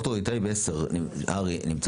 מהבמה הזאת